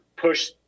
push